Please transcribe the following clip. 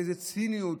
איזו ציניות,